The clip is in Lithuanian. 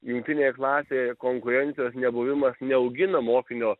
jungtinėje klasėje konkurencijos nebuvimas neaugina mokinio